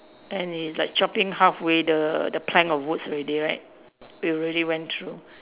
and is like chopping halfway the the plank of woods already right we already went through